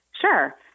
Sure